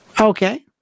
Okay